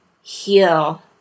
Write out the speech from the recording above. heal